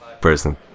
person